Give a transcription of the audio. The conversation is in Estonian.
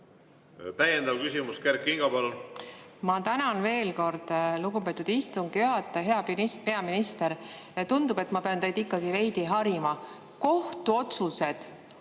Täiendav küsimus, Kert Kingo, palun! Ma tänan veel kord, lugupeetud istungi juhataja! Hea peaminister! Tundub, et ma pean teid ikkagi veidi harima. Kohtuotsused